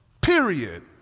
Period